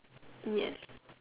ya